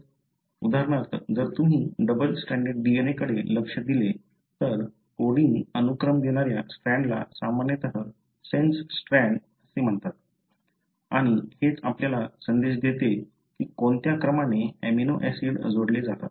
उदाहरणार्थ जर तुम्ही डबल स्ट्रँडेड DNA कडे लक्ष दिले तर कोडिंग अनुक्रम देणाऱ्या स्ट्रँडला सामान्यतः सेन्स स्ट्रँड असे म्हणतात आणि हेच आपल्याला संदेश देते की कोणत्या क्रमाने अमिनो ऍसिड जोडले जातात